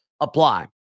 apply